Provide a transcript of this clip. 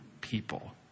people